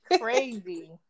crazy